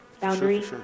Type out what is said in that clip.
Boundary